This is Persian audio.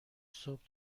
صبح